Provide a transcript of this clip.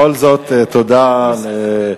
מתחיל הכאסח.